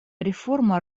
реформа